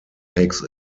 takes